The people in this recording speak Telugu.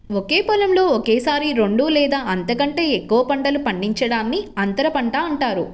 ఒకే పొలంలో ఒకేసారి రెండు లేదా అంతకంటే ఎక్కువ పంటలు పండించడాన్ని అంతర పంట అంటారు